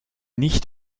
nicht